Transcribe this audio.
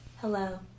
Hello